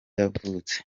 yavutse